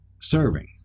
serving